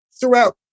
throughout